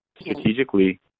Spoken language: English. strategically